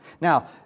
Now